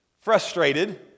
frustrated